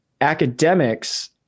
academics